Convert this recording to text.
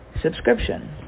subscription